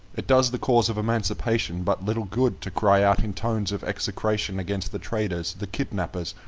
it does the cause of emancipation but little good to cry out in tones of execration against the traders, the kidnappers,